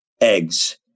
eggs